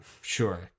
Sure